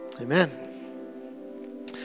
Amen